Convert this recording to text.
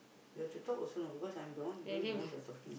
you've to talk also know because I'm the one doing most of the talking